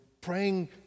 praying